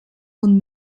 und